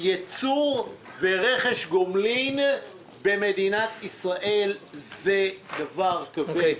מדובר בשישה מיליון שקל שאנחנו שמים כל שנה לקראת אוקטובר.